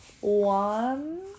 one